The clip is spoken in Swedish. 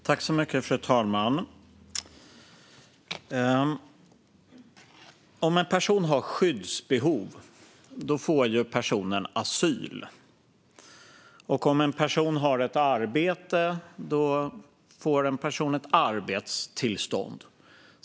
Fru talman! Om en person har skyddsbehov får personen asyl. Om en person har ett arbete får personen ett arbetstillstånd.